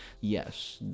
yes